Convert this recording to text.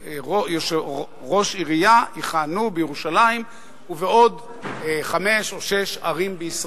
ראש עירייה יכהנו בירושלים ובעוד חמש או שש ערים בישראל.